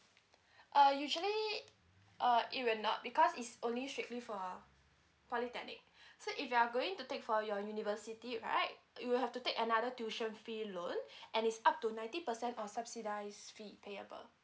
uh usually uh it will not because is only strictly for polytechnic so if you are going to take for your university right you will have to take another tuition fee loan and is up to ninety percent on subsidise fee payable